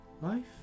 life